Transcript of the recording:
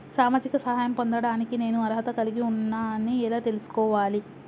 సామాజిక సహాయం పొందడానికి నేను అర్హత కలిగి ఉన్న అని ఎలా తెలుసుకోవాలి?